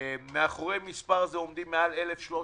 מאחורי המספר הזה עומדים מעל 1,300